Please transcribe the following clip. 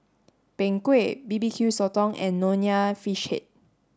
Png Kueh B B Q Sotong and Nonya fish head